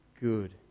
good